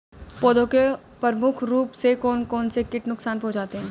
पौधों को प्रमुख रूप से कौन कौन से कीट नुकसान पहुंचाते हैं?